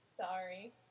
Sorry